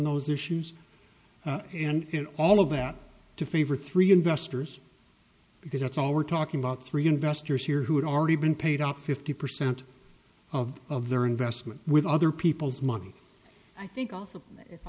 those issues and all of that to favor three investors because that's all we're talking about three investors here who had already been paid out fifty percent of of their investment with other people's money i think also i